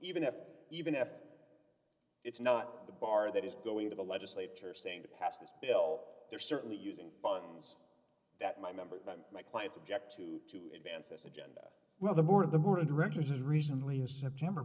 even if even if it's not the bar that is going to the legislature saying to pass this bill they're certainly using funds that my members my clients object to to advance this agenda well the board of the board of directors as recently as september